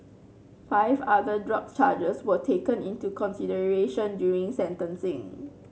five other drug charges were taken into consideration during sentencing